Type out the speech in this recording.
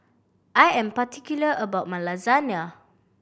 I am particular about my Lasagna